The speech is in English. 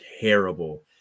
terrible